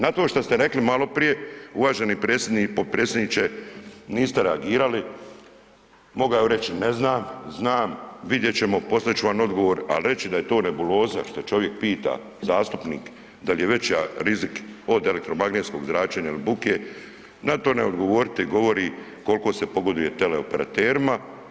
Na to šta ste rekli maloprije uvaženi potpredsjedniče niste reagirali, mogao je reći ne znam, znam, vidjet ćemo, poslat ću vam odgovor, ali reći da je to nebuloza što čovjek pita, zastupnik, dal je veća rizik od elektromagnetskog zračenja i od buke, na to ne odgovoriti, govori koliko se pogoduje teleoperaterima.